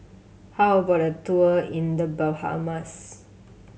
how about a tour in The Bahamas